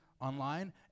online